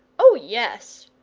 oh yes,